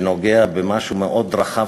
שנוגע במשהו מאוד רחב,